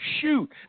shoot